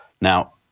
Now